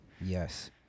Yes